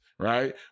Right